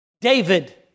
David